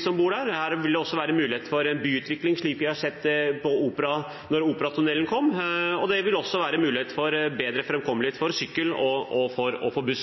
som bor der. Her vil det også være mulighet for byutvikling, slik vi så det da Operatunnelen kom, og det vil også være mulighet for bedre framkommelighet for sykkel og buss.